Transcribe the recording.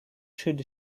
should